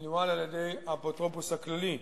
ינוהל על-ידי האפוטרופוס הכללי,